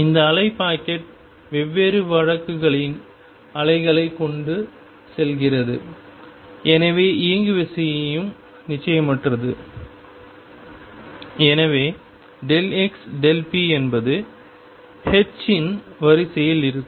இந்த அலை பாக்கெட் வெவ்வேறு வழக்குகளின் அலைகளைக் கொண்டு செல்கிறது எனவே இயங்குவிசையும் நிச்சயமற்றது எனவே xp என்பது h இன் வரிசையில் இருக்கும்